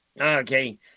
Okay